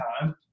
time